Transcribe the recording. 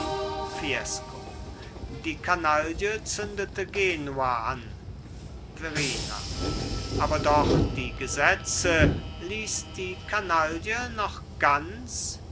die kanaille zündete genua an verrina aber doch die gesetze ließ die kanaille noch ganz